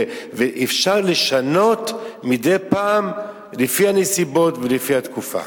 ואפשר לשנות מדי פעם, לפי הנסיבות ולפי התקופה.